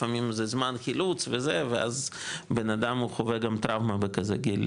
לפעמים זה זמן חילוץ וזה ואז הבנאדם חווה גם טראומה בכזה גיל,